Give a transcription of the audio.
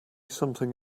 something